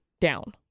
down